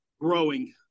growing